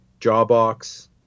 Jawbox